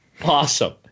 Awesome